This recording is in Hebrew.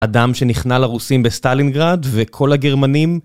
אדם שנכנע לרוסים בסטלינגרד, וכל הגרמנים...